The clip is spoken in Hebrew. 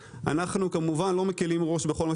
אנחנו כמובן לא מקילים ראש בכל מה